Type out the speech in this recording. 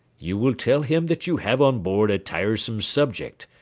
you will tell him that you have on board a tiresome subject,